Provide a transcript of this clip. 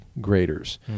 graders